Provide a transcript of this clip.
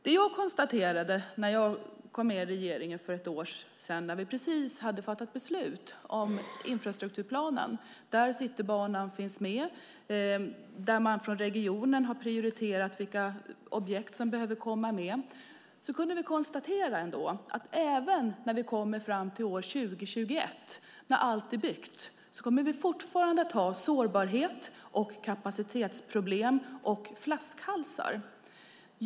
Det jag konstaterade när jag kom med i regeringen för ett år sedan, när vi precis hade fattat beslut om infrastrukturplanen där Citybanan finns med och där man från regionen har prioriterat vilka objekt som behöver komma med, var att även när vi kommer fram till 2021 och allt är byggt kommer vi fortfarande att ha sårbarhet, kapacitetsproblem och flaskhalsar.